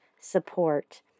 support